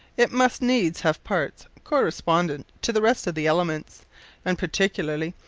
it must needs have parts correspondent to the rest of the elements and particularly,